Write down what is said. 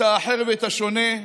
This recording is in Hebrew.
את האחר ואת השונה,